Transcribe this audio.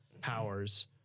powers